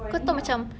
kau tahu macam